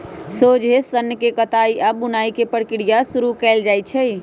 सोझे सन्न के कताई आऽ बुनाई के प्रक्रिया शुरू कएल जाइ छइ